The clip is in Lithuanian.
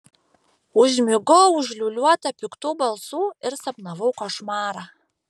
užmigau užliūliuota piktų balsų ir sapnavau košmarą